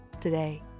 Today